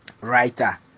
writer